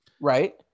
Right